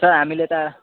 sir हामीले त